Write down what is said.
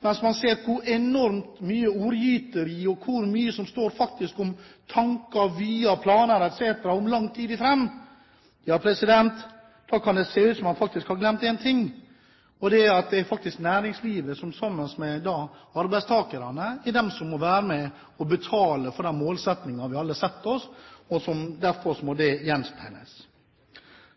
mens man ser hvor enormt mye ordgyteri det er, og hvor mye som faktisk står om tanker, vyer og planer etc. langt fram i tid, kan det se ut som om man har glemt én ting, og det er at det er faktisk næringslivet som sammen med arbeidstakerne er de som må være med og betale for de målsettinger vi alle setter oss. Derfor må det gjenspeiles.